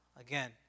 again